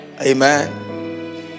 Amen